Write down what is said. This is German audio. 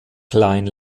klein